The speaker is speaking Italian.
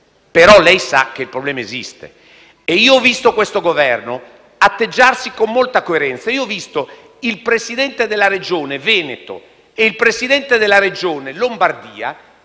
però sa che il problema esiste. Io ho visto questo Governo atteggiarsi con molta coerenza. Ho sentito il Presidente della Regione Veneto e il Presidente della Regione Lombardia